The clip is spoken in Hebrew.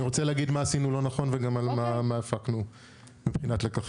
אני רוצה להגיד מה עשינו לא נכון ומה הפקנו מבחינת לקחים.